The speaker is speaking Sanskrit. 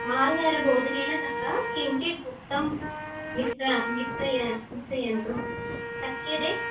मार्जार भोजनेन सह किञ्चित् दुग्धं मिश्रय मिश्रय मिश्रयितुं शक्यते